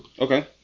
Okay